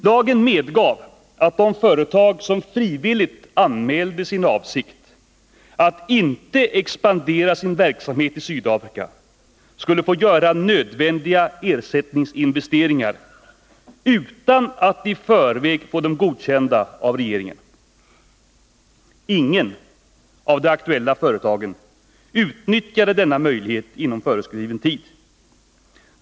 Lagen medgav att de företag som frivilligt anmälde sin avsikt att inte expandera sin verksamhet i Sydafrika skulle få göra nödvändiga ersättningsinvesteringar utan att i förväg få dem godkända av regeringen. Inget av de aktuella företagen utnyttjade denna möjlighet inom föreskriven tid.